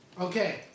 Okay